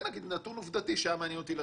זה נתון עובדתי שהיה מעניין אותי לדעת.